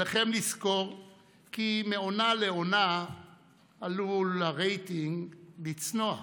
עליכם לזכור כי מעונה לעונה עלול הרייטינג לצנוח,